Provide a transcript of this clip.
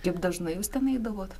kaip dažnai jūs ten eidavot